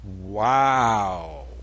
Wow